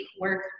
work